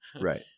Right